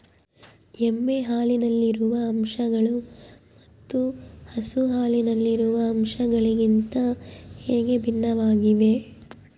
ಎಮ್ಮೆ ಹಾಲಿನಲ್ಲಿರುವ ಅಂಶಗಳು ಮತ್ತು ಹಸು ಹಾಲಿನಲ್ಲಿರುವ ಅಂಶಗಳಿಗಿಂತ ಹೇಗೆ ಭಿನ್ನವಾಗಿವೆ?